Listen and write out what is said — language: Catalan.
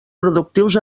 productius